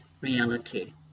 reality